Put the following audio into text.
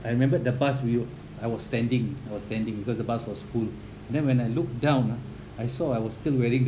I remember the bus we were I was standing I was standing because the bus was full and then when I look down uh I saw I was still wearing